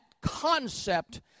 concept